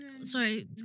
sorry